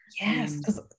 Yes